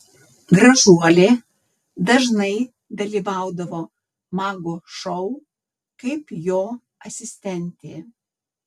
gražuolė dažnai dalyvaudavo mago šou kaip jo asistentė